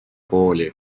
kooli